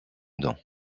dan